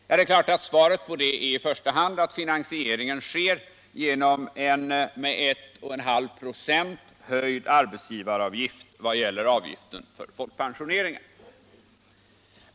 Det är klart att svaret på det är i första hand att finansieringen sker genom en med 1,5 96 höjd arbetsgivaravgift vad gäller avgiften för folkpensioneringen.